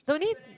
the only